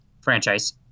franchise